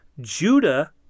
Judah